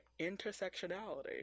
intersectionality